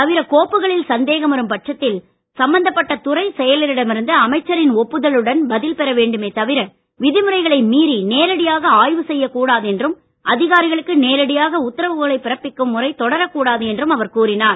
தவிர கோப்புகளில் சந்தேகம் வரும் பட்சத்தில் சம்பந்தப்பட்ட துறைச் செயலரிடமிருந்து அமைச்சரின் ஒப்புதலுடன் பதில் பெறவேண்டுமே தவிர விதிமுறைகளை மீறி நேரடியாக ஆய்வு செய்யக்கூடாது என்றும் அதிகாரிகளுக்கு நேரடியாக உத்தரவுகளை பிறப்பிக்கும் முறை தொடரக்கூடாது என்றும் அவர் கூறினார்